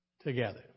together